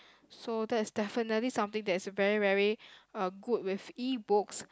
so that's definitely something that's very very uh good with e-books